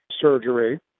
surgery